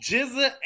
Jizza